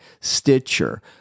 Stitcher